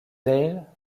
bayle